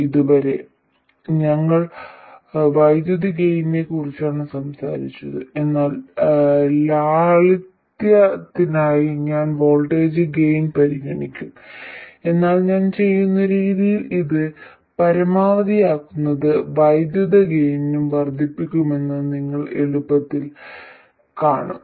ഇതുവരെ ഞങ്ങൾ വൈദ്യുതി ഗെയ്നിനെ കുറിച്ചാണ് സംസാരിച്ചത് എന്നാൽ ലാളിത്യത്തിനായി ഞാൻ വോൾട്ടേജ് ഗെയിൻ പരിഗണിക്കും എന്നാൽ ഞാൻ ചെയ്യുന്ന രീതിയിൽ ഇത് പരമാവധിയാക്കുന്നത് വൈദ്യുതി ഗെയിനും വർദ്ധിപ്പിക്കുമെന്ന് നിങ്ങൾ എളുപ്പത്തിൽ കാണും